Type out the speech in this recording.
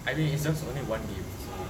I mean it's just only one game so